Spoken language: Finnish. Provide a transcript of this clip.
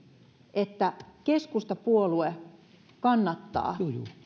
että keskustapuolue kannattaa